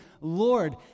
Lord